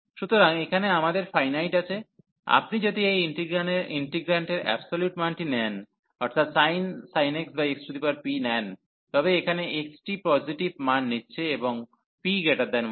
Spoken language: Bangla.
সুতরাং এখানে আমাদের ফাইনাইট আছে আপনি যদি এই ইন্টিগ্রান্টের অ্যাবসোলিউট মানটি নেন অর্থাৎ sin x xp নেন তবে এখানে x টি পজিটিভ মান নিচ্ছে এবং p1